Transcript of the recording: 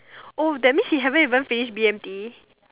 oh that means he haven't even finish B_M_T